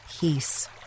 peace